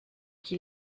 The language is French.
qui